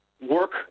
Work